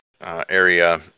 area